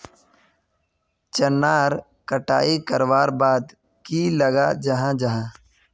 चनार कटाई करवार बाद की लगा जाहा जाहा?